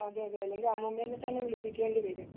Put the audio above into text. അതേ അതെ അല്ലെങ്കിൽ അമ്മുമ്മയെത്തന്നെ വിളിപ്പിക്കേണ്ടി വരും